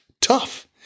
tough